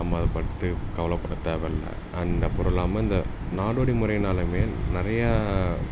நம்ம அதை பற்றிக் கவலைப்படத் தேவையில்ல அண்டு அப்புறம் இல்லாமல் இந்த நாடோடி முறையினாலுமே நிறையா